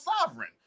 sovereign